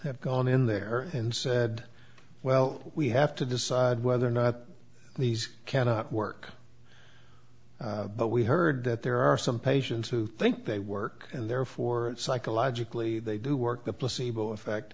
have gone in there and said well we have to decide whether or not these cannot work but we've heard that there are some patients who think they work and therefore psychologically they do work the placebo effect